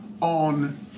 on